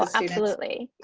ah absolutely.